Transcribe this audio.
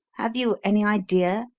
have you any idea?